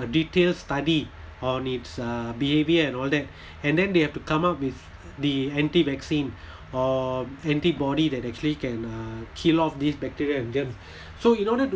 a detailed study on its uh behaviour and all that and then they have to come up with the anti vaccine or antibody that actually can uh kill off this bacteria and germ so in order to